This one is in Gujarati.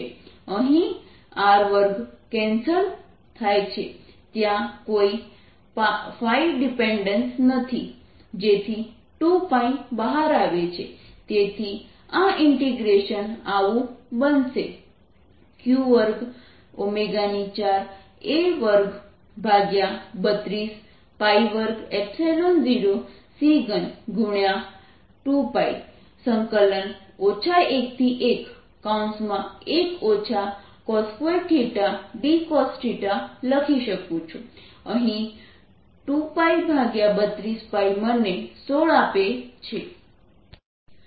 હવે અહીં r2 કેન્સલ થાય છે ત્યાં કોઈ ϕ ડિપેન્ડેન્સ નથી જેથી 2 બહાર આવે છે તેથી આ ઇન્ટિગ્રેશન આવું બનશે q24A232 2 0 c3 × 2π 111 cos2d cosθ લખી શકું છું અહીં 2 32 મને 16 આપે છે